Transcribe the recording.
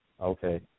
Okay